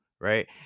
Right